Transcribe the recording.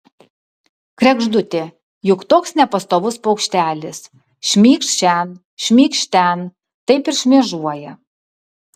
kregždutė juk toks nepastovus paukštelis šmykšt šen šmykšt ten taip ir šmėžuoja